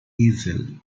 easel